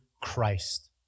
Christ